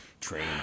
train